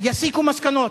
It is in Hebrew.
יסיקו מסקנות,